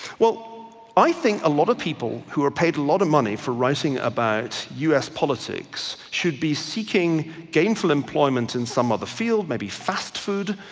well i think a lot of people who were paid a lot of money for writing about u s. politics should be seeking gainful employment in some other field, maybe fast food,